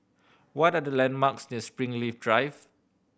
what are the landmarks near Springleaf Drive